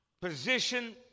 position